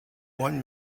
one